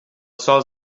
sol